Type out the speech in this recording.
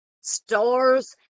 stars